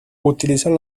utilizan